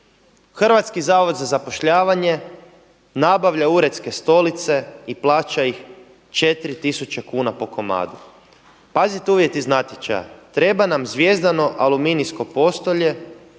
Hrvatski zavod za zapošljavanje nabavlja uredske stolice i plaća ih 4000 kn po komadu. Pazite uvjeti iz natječaja. Treba nam zvjezdano aluminijsko postolje,